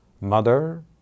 Mother